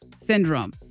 syndrome